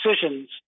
decisions